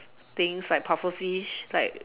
things like pufferfish like